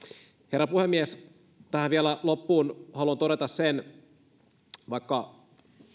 herra puhemies tähän loppuun haluan vielä todeta sen että vaikka